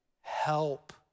help